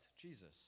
jesus